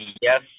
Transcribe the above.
Yes